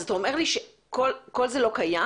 אתה אומר לי שכל זה לא קיים?